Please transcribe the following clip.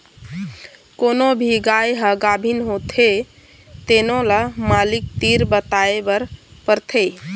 कोनो भी गाय ह गाभिन होथे तेनो ल मालिक तीर बताए बर परथे